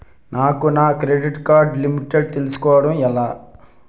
నాకు నా credit card limit తెలుసుకోవడం ఎలా?